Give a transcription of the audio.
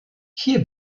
hier